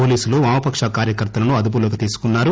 పోలీసలు వామపక్ష కార్యకర్తలను అదుపులోకి తీసుకున్నారు